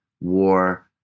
war